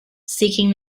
seeking